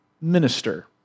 minister